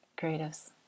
creatives